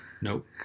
Nope